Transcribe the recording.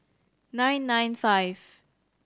nine nine five